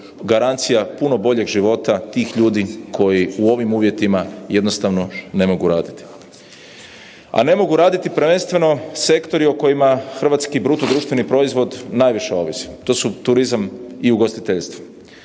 garancija puno boljeg života tih ljudi koji u ovim uvjetima ne mogu raditi. A ne mogu raditi prvenstveno sektori o kojima hrvatski BDP najviše ovisi, to su turizam i ugostiteljstvo.